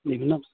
বিভিন্ন হয়